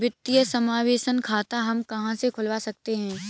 वित्तीय समावेशन खाता हम कहां से खुलवा सकते हैं?